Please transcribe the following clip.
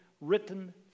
written